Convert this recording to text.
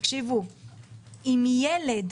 אם ילד